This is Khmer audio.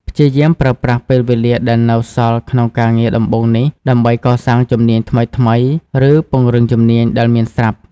ព្យាយាមប្រើប្រាស់ពេលវេលាដែលនៅសល់ក្នុងការងារដំបូងនេះ ដើម្បី កសាងជំនាញថ្មីៗ ឬ ពង្រឹងជំនាញដែលមានស្រាប់។